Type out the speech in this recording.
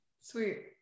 Sweet